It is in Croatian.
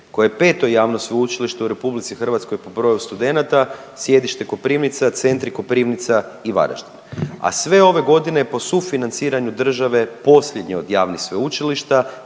koje je 5. javno sveučilište u RH po broju studenata, sjedište Koprivnica, centri Koprivnica i Varaždin, a sve ove godine po sufinanciranju države posljednji od javnih sveučilišta,